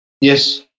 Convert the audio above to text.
Yes